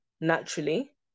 naturally